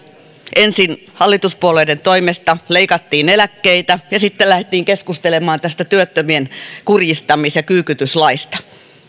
ensin hallituspuolueiden toimesta leikattiin eläkkeitä ja sitten lähdettiin keskustelemaan tästä työttömien kurjistamis ja kyykytyslaista